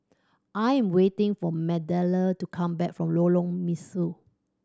I am waiting for Magdalen to come back from Lorong Mesu